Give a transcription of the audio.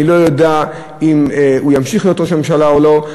אני לא יודע אם הוא ימשיך להיות ראש הממשלה או לא,